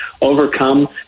overcome